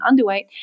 underweight